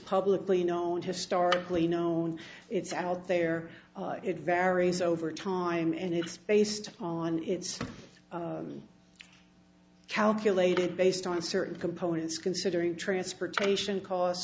publicly known historically known it's out there it varies over time and it's based on it's calculated based on certain components considering transportation costs